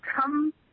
come